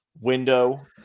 window